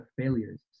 failures